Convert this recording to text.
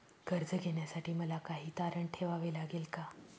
कर्ज घेण्यासाठी मला काही तारण ठेवावे लागेल का?